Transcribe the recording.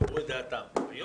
זה היה